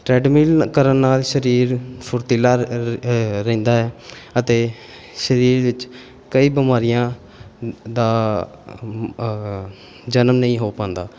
treadmill ਕਰਨ ਨਾਲ ਸਰੀਰ ਫੁਰਤੀਲਾ ਰਹਿੰਦਾ ਹੈ ਅਤੇ ਸਰੀਰ ਵਿੱਚ ਕਈ ਬਿਮਾਰੀਆਂ ਦਾ ਜਨਮ ਨਹੀਂ ਹੋ ਪਾਉਂਦਾ